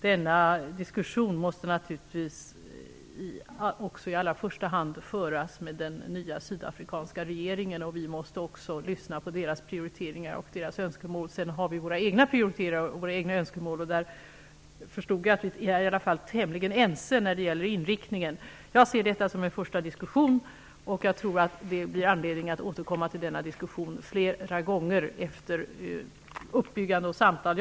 Denna diskussion måste naturligvis i allra första hand föras med den nya sydafrikanska regeringen. Vi måste lyssna på deras prioriteringar och önskemål. Vi har också våra egna prioriteringar och våra egna önskemål. Jag förstod att vi är tämligen ense när det gäller inriktningen. Jag ser detta som en första diskussion, och jag tror att det blir anledning att återkomma till denna diskussion flera gånger efter uppbyggande och samtal.